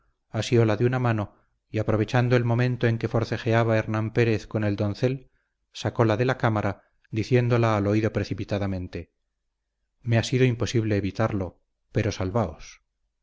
celoso marido asióla de una mano y aprovechando el momento en que forcejeaba hernán pérez con el doncel sacóla de la cámara diciéndola al oído precipitadamente me ha sido imposible evitarlo pero salvaos